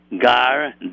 Gar